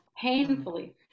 painfully